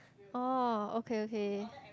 oh okay okay